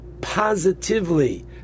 positively